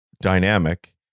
dynamic